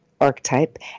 archetype